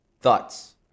Thoughts